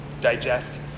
digest